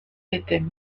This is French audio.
étaient